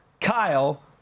Kyle